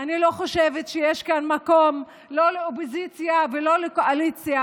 אני לא חושבת שיש כאן מקום לאופוזיציה וקואליציה.